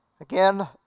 again